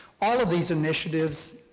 all of these initiatives,